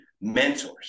mentors